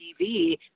TV